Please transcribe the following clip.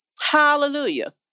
Hallelujah